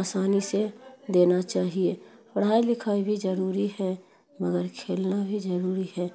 آسانی سے دینا چاہیے پڑھائی لکھائی بھی ضروری ہے مگر کھیلنا بھی ضروری ہے